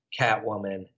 Catwoman